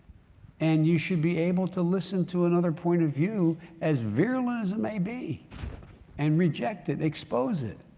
and you should be able to listen to another point of view as virulent as it may be and reject it, expose it.